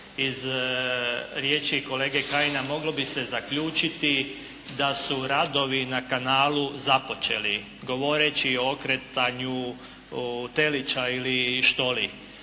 Iz riječi kolege Kajina moglo bi se zaključiti da su radovi na kanalu započeli govoreći o okretanju telića ili što li.